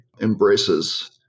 embraces